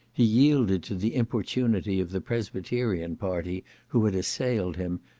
he yielded to the importunity of the presbyterian party who had assailed him,